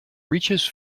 reaches